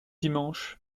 dimanche